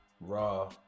Raw